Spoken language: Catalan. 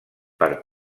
per